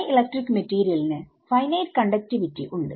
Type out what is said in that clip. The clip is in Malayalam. ഡൈഇലക്ട്രിക് മെറ്റീരിയലിന് ഫൈനൈറ്റ് കണ്ടക്റ്റിവിറ്റി ഉണ്ട്